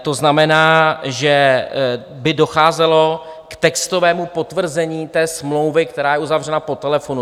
To znamená, že by docházelo k textovému potvrzení té smlouvy, která je uzavřena po telefonu.